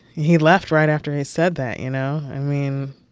he left right after he said that, you know. i mean.